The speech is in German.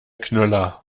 knüller